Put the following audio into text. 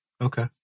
Okay